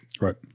Right